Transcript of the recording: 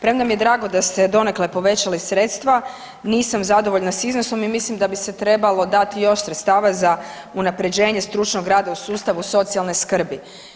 Premda mi je drago da ste donekle povećali sredstva nisam zadovoljna s iznosom i mislim da bi se trebalo dati još sredstava za unapređenje stručnog rada u sustavu socijalne skrbi.